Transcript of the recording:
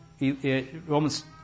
Romans